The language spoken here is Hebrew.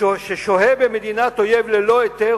ששוהה במדינת אויב ללא היתר,